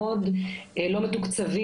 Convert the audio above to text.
אנחנו איתכם.